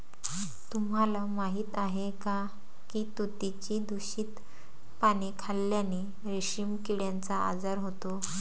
तुम्हाला माहीत आहे का की तुतीची दूषित पाने खाल्ल्याने रेशीम किड्याचा आजार होतो